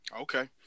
Okay